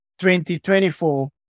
2024